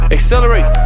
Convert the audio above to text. Accelerate